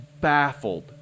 baffled